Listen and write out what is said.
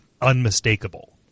unmistakable